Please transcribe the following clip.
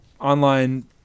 online